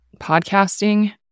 podcasting